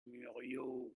muriot